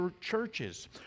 churches